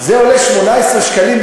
18 שקלים,